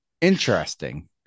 interesting